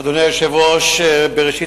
חבר הכנסת